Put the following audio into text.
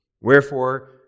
Wherefore